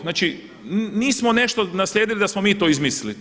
Znači nismo nešto naslijedili da smo mi to izmislili.